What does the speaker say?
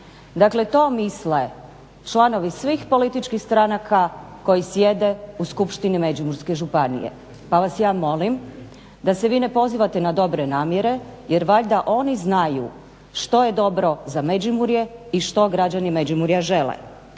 Dakle, to misle članovi svih političkih stranaka koji sjede u Skupštini međimurske županije. Pa vas ja molim da se vi ne pozivate na dobre namjere jer valjda oni znaju što je dobro za Međimurje i što građani Međimurja žele.